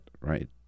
right